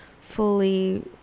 fully